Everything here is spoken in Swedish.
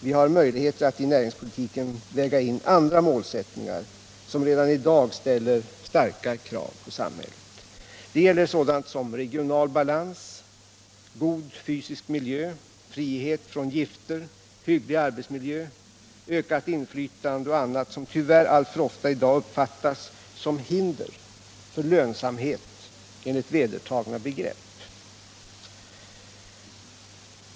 Vi har möjligheter att i näringspolitiken lägga in andra målsättningar, som redan i dag ställer starka krav på samhället. Det gäller sådant som regional balans, god fysisk miljö, frihet från gifter, hygglig arbetsmiljö, ökat inflytande och annat som tyvärr alltför ofta i dag uppfattas som hinder för lönsamhet enligt vedertagna begrepp.